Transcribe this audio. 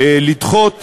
לדחות